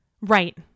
Right